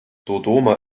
dodoma